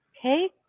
Okay